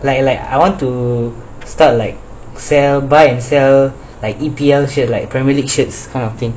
like like I want to start like sell buy and sell like E P L shirt like premium shirts kind of thing